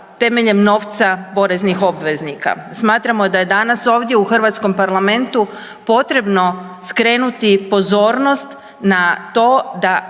temeljem novca poreznih obveznika. Smatramo da je danas ovdje u Hrvatskom parlamentu potrebno skrenuti pozornost na to da